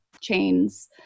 chains